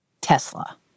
Tesla